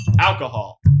alcohol